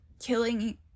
killing